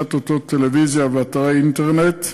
הנגשת אותות טלוויזיה ואתרי אינטרנט,